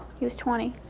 he was twenty.